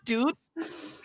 Dude